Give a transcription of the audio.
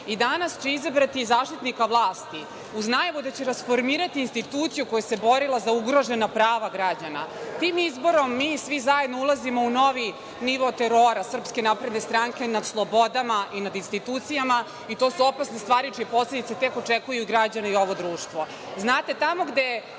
I danas će izabrati zaštitnika vlasti uz najavu da će rasformirati instituciju koja se borila za ugrožena prava građana. Tim izborom, mi svi zajedno ulazimo u novi nivo terora SNS nad slobodama i nad institucijama i to su opasne stvari čije posledice tek očekuju građane i ovo društvo. Znate,